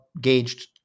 gauged